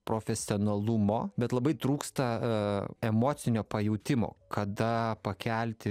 profesionalumo bet labai trūksta emocinio pajautimo kada pakelti